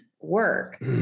work